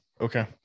Okay